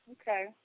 Okay